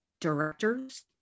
directors